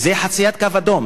זו חציית קו אדום.